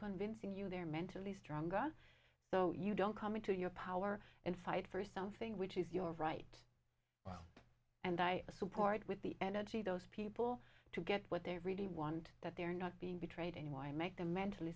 convincing you they're mentally stronger so you don't come into your power and fight for something which is your right and i support with the energy those people to get what they really want that they're not being betrayed and why make them mentally